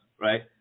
right